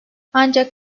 ancak